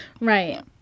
right